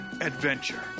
adventure